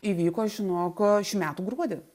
įvyko žinok šių metų gruodį